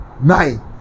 Nine